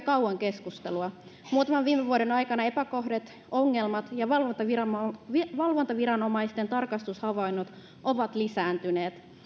kauan keskustelua muutaman viime vuoden aikana epäkohdat ongelmat ja valvontaviranomaisten valvontaviranomaisten tarkastushavainnot ovat lisääntyneet